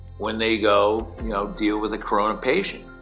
when they go you know deal with a corona patient.